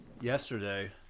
yesterday